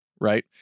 right